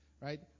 right